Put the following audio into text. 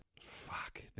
Fuck